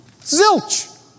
Zilch